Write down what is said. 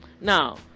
Now